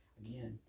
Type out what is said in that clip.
again